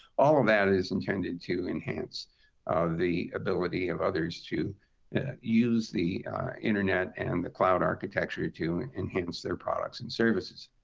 all of that is intended to enhance the ability of others to use the internet and the cloud architecture to enhance their products and services.